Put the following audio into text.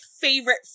favorite